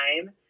time